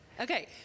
Okay